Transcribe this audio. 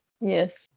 Yes